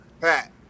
Pat